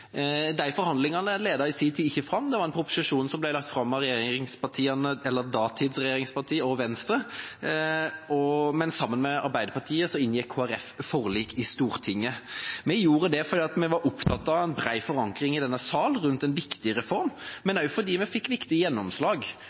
De forhandlingene ledet i sin tid ikke fram. Det ble lagt fram en proposisjon av datidens regjeringspartier og Venstre, og sammen med Arbeiderpartiet inngikk Kristelig Folkeparti et forlik i Stortinget. Vi gjorde det fordi vi var opptatt av en bred forankring i denne sal rundt en viktig reform, men også fordi vi fikk viktige gjennomslag.